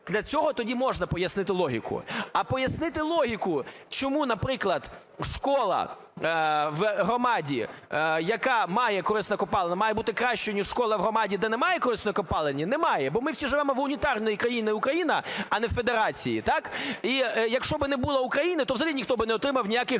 для цього тоді можна пояснити логіку. А пояснити логіку чому, наприклад, школа в громаді, яка має корисні копалини, має бути кращою ніж школа в громаді, де немає корисної копалини, – немає. Бо ми всі живемо в унітарній країні Україна, а не в федерації, так, і якщо би не було України, то взагалі ніхто би не отримав ніяких